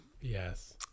Yes